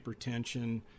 hypertension